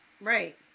Right